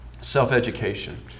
self-education